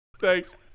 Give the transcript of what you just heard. Thanks